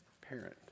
parent